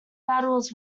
battles